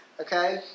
okay